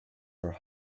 her